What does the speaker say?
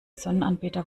sonnenanbeter